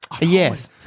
Yes